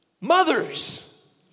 Mothers